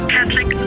Catholic